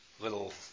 little